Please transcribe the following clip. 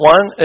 One